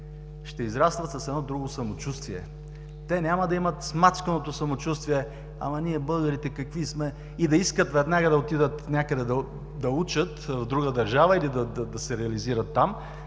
ще израстват с едно друго самочувствие, те няма да имат смачканото самочувствие – ама ние българите какви сме, да искат веднага да отидат да учат в друга държава или да се реализират там,